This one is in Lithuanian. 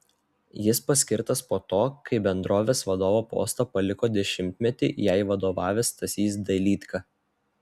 jis paskirtas po to kai bendrovės vadovo postą paliko dešimtmetį jai vadovavęs stasys dailydka